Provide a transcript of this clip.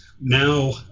now